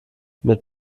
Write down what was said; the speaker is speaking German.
mit